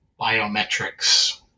biometrics